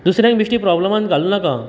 दुसऱ्यांक बेश्टी प्रोब्लमांत घालूं नाका